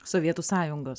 sovietų sąjungos